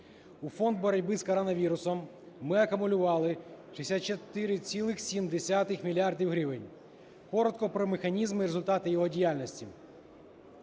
У фонд боротьби з коронавірусом ми акумулювали 64,7 мільярда гривень. Коротко про механізм і результати його діяльності.